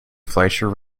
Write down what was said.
fleischer